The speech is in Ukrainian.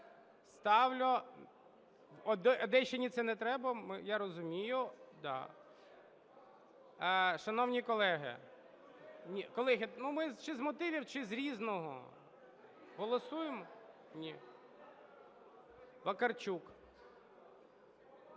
Ставлю… не треба, я розумію. Шановні колеги, колеги, ми чи з мотивів, чи з "Різного" голосуємо? Ні. Вакарчук.